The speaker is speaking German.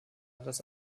das